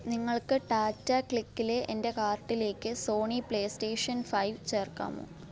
നിങ്ങൾക്ക് ടാറ്റ ക്ലിക്കിലെ എന്റെ കാർട്ടിലേക്ക് സോണി പ്ലേസ്റ്റേഷൻ ഫൈവ് ചേർക്കാമോ